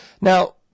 Now